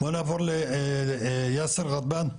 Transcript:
בואו נעבור ליאסר ג'דבאן.